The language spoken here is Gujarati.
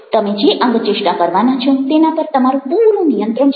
તમે જે અંગચેષ્ટા કરવાના છો તેના પર તમારું પૂરું નિયંત્રણ છે